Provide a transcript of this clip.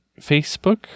Facebook